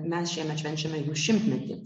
mes šiemet švenčiame jų šimtmetį